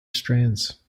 strands